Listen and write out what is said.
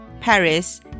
Paris